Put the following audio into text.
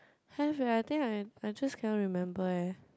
have eh I think I I just cannot remember eh